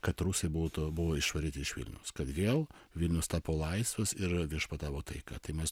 kad rusai būtų buvo išvaryti iš vilniaus kad vėl vilnius tapo laisvas ir viešpatavo taika tai mes